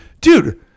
Dude